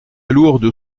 lourde